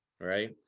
right